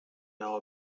know